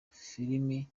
mafilimi